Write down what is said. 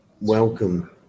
Welcome